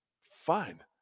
Fine